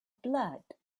blood